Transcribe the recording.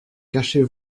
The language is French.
cachez